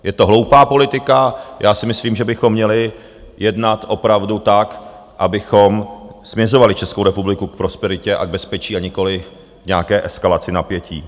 Je to hloupá politika, já si myslím, že bychom měli jednat opravdu tak, abychom směřovali Českou republiku k prosperitě a k bezpečí, a nikoliv k nějaké eskalaci napětí.